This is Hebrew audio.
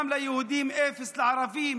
כולם ליהודים, אפס לערבים.